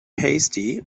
hasty